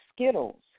Skittles